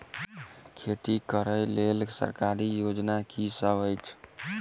खेती करै लेल सरकारी योजना की सब अछि?